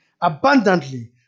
abundantly